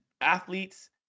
athletes